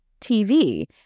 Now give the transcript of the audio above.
TV